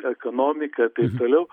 ekonomika taip toliau